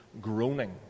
groaning